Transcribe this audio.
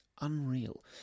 unreal